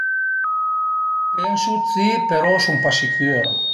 Pensu dë si però sun pa sicür